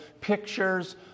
pictures